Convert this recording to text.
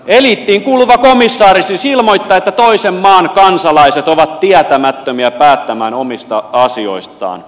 eliittiin kuuluva komissaari siis ilmoittaa että toisen maan kansalaiset ovat tietämättömiä päättämään omista asioistaan